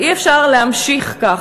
ואי-אפשר להמשיך כך,